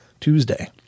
Tuesday